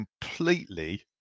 completely